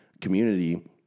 community